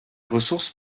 ressources